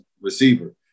receiver